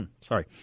Sorry